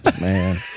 Man